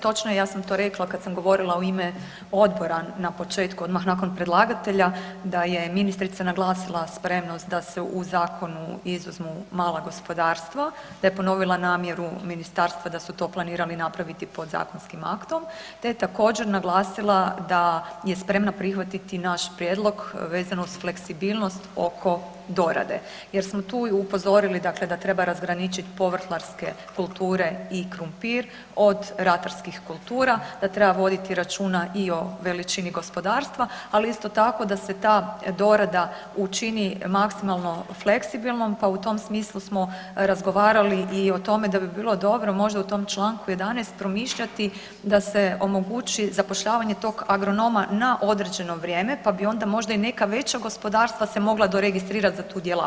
Točno je, ja sam to rekla kad sam govorila u ime odbora odmah na početku odmah nakon predlagatelja da je ministrica naglasila spremnost da se u zakonu izuzmu mala gospodarstva, da je ponovila namjeru ministarstva da su to planirali napraviti podzakonskim aktom te je također naglasila da je spremna prihvatiti naš prijedlog vezano uz fleksibilnost oko dorade jer smo ju tu upozorili da treba razgraničiti povrtlarske kulture i krumpir od ratarskih kultura, da treba voditi računa i o veličini gospodarstva, ali isto tako da se ta dorada učini maksimalno fleksibilnom, pa u tom smislu smo razgovarali o tome da bi bilo dobro možda u tom čl. 11. promišljati da se omogući zapošljavanje tog agronoma na određeno na vrijeme pa bi možda onda i neka veća gospodarstva se mogla do registrirat za tu djelatnost.